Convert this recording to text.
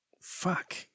Fuck